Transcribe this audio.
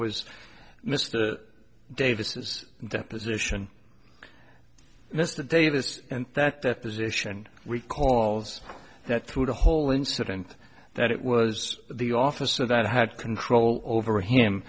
was mr davis deposition mr davis and that their position we calls that through the whole incident that it was the officer that had control over him